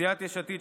סיעת יש עתיד,